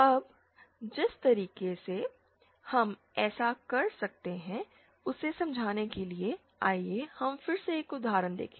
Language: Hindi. अब जिस तरीके से हम ऐसा कर सकते हैं उसे समझने के लिए आइए हम फिर से एक उदाहरण देखें